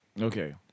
Okay